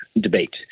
debate